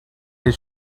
his